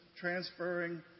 transferring